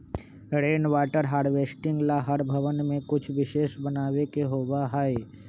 rain water harvesting ला हर भवन में कुछ विशेष बनावे के होबा हई